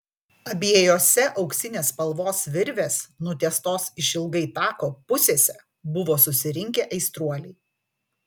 abiejose auksinės spalvos virvės nutiestos išilgai tako pusėse buvo susirinkę aistruoliai